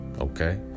okay